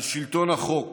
על שלטון החוק